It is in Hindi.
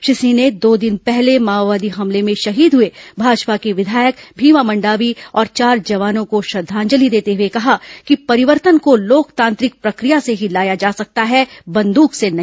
श्री सिंह ने दो दिन पहले माओवादी हमले में शहीद हुए भाजपा के विधायक भीमा मंडावी और चार जवानों को श्रद्वांजलि देते हुए कहा कि परिवर्तन को लोकतांत्रिक प्रकिया से ही लाया जा सकता है बंदूक से नहीं